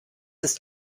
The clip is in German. ist